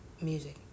music